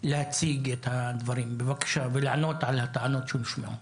להציג את הדברים ולענות על הטענות שהושמעו.